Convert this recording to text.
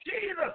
Jesus